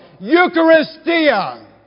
Eucharistia